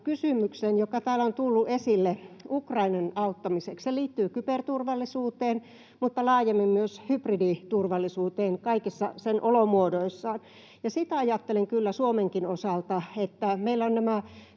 kysymykseen, joka täällä on tullut esille Ukrainan auttamiseksi. Se liittyy kyberturvallisuuteen mutta laajemmin myös hybriditurvallisuuteen kaikissa sen olomuodoissaan. Siitä ajattelen kyllä Suomenkin osalta, että meillä ovat nämä